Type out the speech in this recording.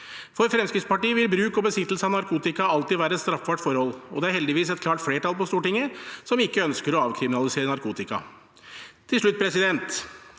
For Fremskrittspartiet vil bruk og besittelse av narkotika alltid være et straffbart forhold, og det er heldigvis et klart flertall på Stortinget som ikke ønsker å avkriminalisere narkotika. Til slutt: Vi ser